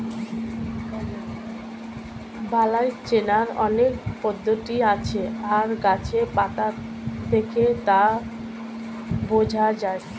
বালাই চেনার অনেক পদ্ধতি আছে আর গাছের পাতা দেখে তা বোঝা যায়